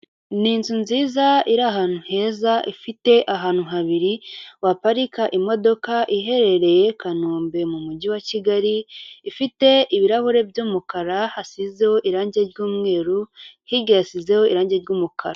Ni inzu nziza iri ahantu heza ifite ahantu habiri waparika imodoka iherereye kanombe mu mujyi wa Kigali, ifite ibirahuri by'umukara hasizeho irangi ry'umweru, hirya hasizeho irangi ry'umukara.